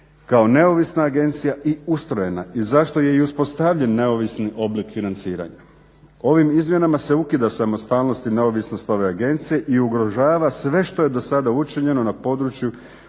kao neovisna agencija i ustrojena i zašto je i uspostavljen neovisni oblik financiranja. Ovim izmjenama se ukida samostalnost i neovisnost ove agencije i ugrožava sve što je dosada učinjeno na području